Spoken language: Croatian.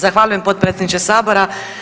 Zahvaljujem potpredsjedniče sabora.